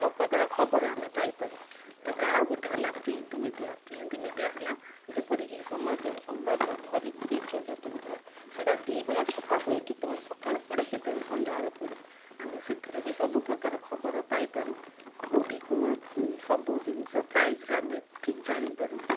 ସବୁପ୍ରକାର ଖବର ଆମେ ପାଇପାରୁ ତାପରେ ଆଉ ଗୋଟେ ହେଲା ପ୍ରିଣ୍ଟ ମିଡ଼ିଆ ପ୍ରିଣ୍ଟ ମିଡ଼ିଆ ହେଲା ଯେପରିକି ସମାଜ ସମ୍ବାଦ ଧରିତ୍ରୀ ପ୍ରଜାତନ୍ତ୍ର ସେଇଟା ଦୁଇବେଳା ଛପା ହୁଏ କେତେବେଳେ ସକାଳୁ ପଡ଼େ କେତେବେଳେ ସନ୍ଧ୍ୟାବେଳେ ପଡ଼େ ଆମେ ସେଥିରେ ବି ସବୁପ୍ରକାର ଖବର ପାଇପାରୁ କେଉଁଠି କେଉଁ ସବୁ ଜିନିଷ ପ୍ରାଇଜରେ ଆମେ ଠିକ୍ ଜାଣିପାରୁ